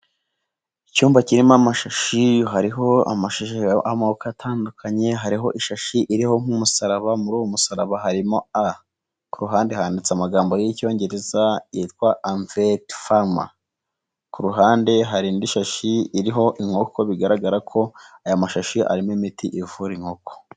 Icyumba kirimo amashashi hariho amashashi y'amoko atandukanye hariho ishashi iriho nk'umusaraba muri uwo musaraba harimo "A" ku ruhande handitseho amagambo y'icyongereza yitwa "anvet Pharma". Ku ruhande hari indi shashi iriho inkoko bigaragara ko aya mashashi arimo imiti ivura inkoko